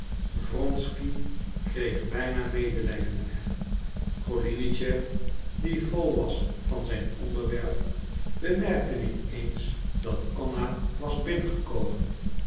wronsky kreeg bijna medelijden met hem golinitschef die vol was van zijn onderwerp bemerkte niet eens dat anna was binnengekomen